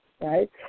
right